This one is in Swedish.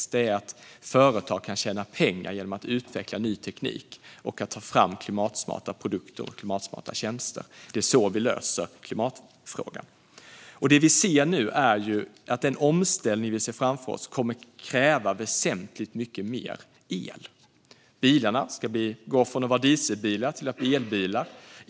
Lösningen är att företag kan tjäna pengar genom att utveckla ny teknik och ta fram klimatsmarta produkter och klimatsmarta tjänster. Det är så vi löser klimatfrågan. Det vi nu ser är att den omställning vi ser framför oss kommer att kräva väsentligt mycket mer el. Bilarna ska gå från att vara dieselbilar till att bli elbilar.